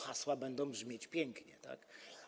Hasła będą brzmieć pięknie, tak?